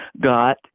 got